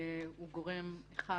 הוא גורם אחד